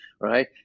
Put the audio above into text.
right